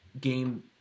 game